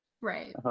Right